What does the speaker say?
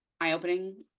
eye-opening